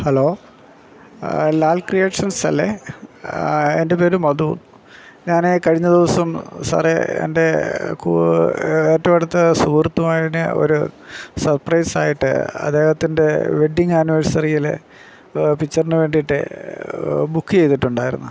hello Lal creations അല്ലേ എന്റെ പേര് മധു ഞാൻ കഴിഞ്ഞ ദിവസം സാറേ എന്റെ ഏറ്റോം അടുത്ത സുഹൃത്തുമായിന് ഒരു സപ്പ്രൈസായിട്ട് അദ്ദേഹത്തിന്റെ വെഡ്ഡിങ് ആനുവേസറിയിലെ പിക്ച്ചറിന് വേണ്ടീട്ട് ബുക്ക് ചെയ്തിട്ടുണ്ടായിരുന്നു